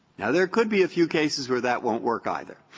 now, there could be a few cases where that won't work either.